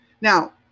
now